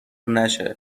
نشه